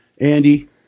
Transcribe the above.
andy